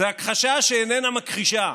זו הכחשה שאיננה מכחישה.